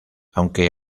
aunque